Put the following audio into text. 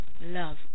love